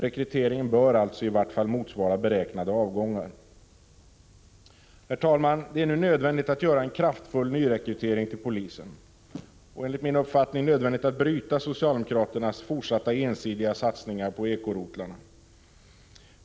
Rekryteringen bör alltså i vart fall motsvara beräknade avgångar. Herr talman! Det är nu nödvändigt att göra en kraftfull nyrekrytering till polisen och bryta socialdemokraternas fortsatta ensidiga satsningar på ekorotlarna.